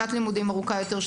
שנת לימודים ארוכה יותר,